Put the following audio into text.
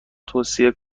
توصیه